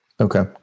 okay